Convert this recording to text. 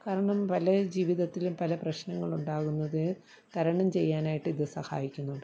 കാരണം പല ജീവിതത്തിലും പല പ്രശ്നളുണ്ടാകുന്നത് തരണം ചെയ്യാനായിട്ട് ഇതു സഹായിക്കുന്നുണ്ട്